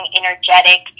energetic